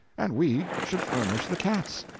and we should furnish the cats.